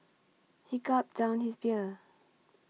he gulped down his beer